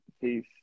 Peace